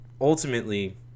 ultimately